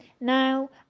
now